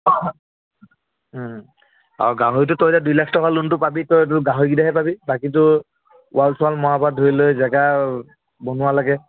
আৰু গাহৰিটো তই এতিয়া দুই লাখ টকা লোনটো পাবি তইতো গাহৰিকেইটাহে পাবি বাকী তোৰ ৱাল ছোৱাল মৰাৰপৰা ধৰি লৈ জেগা বনোৱালৈকে